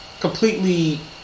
completely